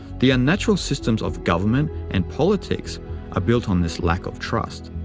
the unnatural systems of government and politics are built on this lack of trust.